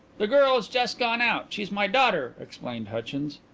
the girl that's just gone out she's my daughter, explained hutchins.